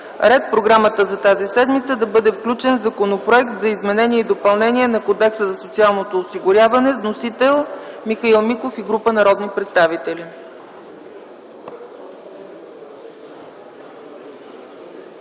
ред в програмата за тази седмица да бъде включен Законопроект за изменение и допълнение на Кодекса за социално осигуряване с вносители Михаил Миков и група народни представители.